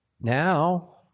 Now